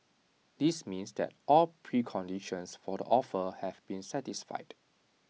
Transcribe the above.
this means that all preconditions for the offer have been satisfied